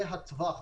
זה הטווח,